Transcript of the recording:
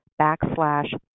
backslash